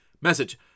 message